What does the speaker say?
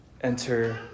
Enter